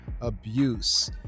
abuse